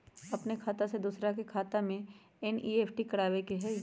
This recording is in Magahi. अपन खाते से दूसरा के खाता में एन.ई.एफ.टी करवावे के हई?